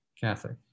Catholic